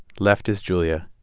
left is julia.